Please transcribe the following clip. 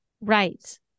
Right